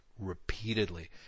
repeatedly